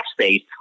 space